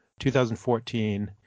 2014